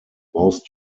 most